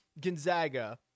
Gonzaga